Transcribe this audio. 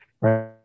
Right